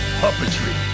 puppetry